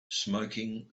smoking